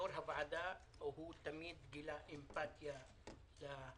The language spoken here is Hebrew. כיו"ר הוועדה הוא תמיד גילה אמפתיה לצרכים,